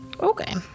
Okay